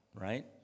right